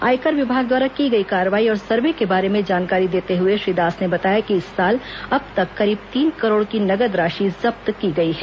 आयकर विभाग द्वारा की गई कार्रवाई और सर्वे के बारे में जानकारी देते हुए श्री दास ने बताया कि इस साल अब तक करीब तीन करोड़ की नगद राशि जब्त की गई है